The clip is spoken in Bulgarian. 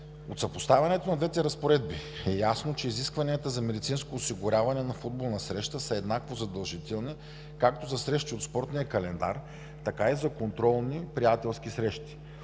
От съпоставянето на двете разпоредби е ясно, че изискванията за медицинско осигуряване на футболна среща са еднакво задължителни както за срещи от спортния календар, така и за контролни и приятелски срещи.